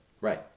Right